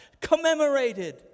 commemorated